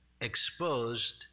exposed